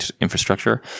infrastructure